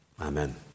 Amen